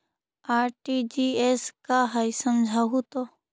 RTGS का है समझाहू तो?